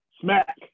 smack